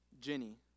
Jenny